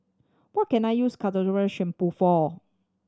what can I use Ketoconazole Shampoo for